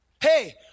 Hey